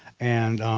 and